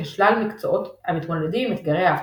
שלל מקצועות המתמודדים עם אתגרי האבטחה.